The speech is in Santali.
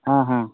ᱦᱮᱸ ᱦᱮᱸ